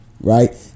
Right